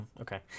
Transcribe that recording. okay